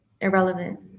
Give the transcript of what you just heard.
Irrelevant